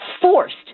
forced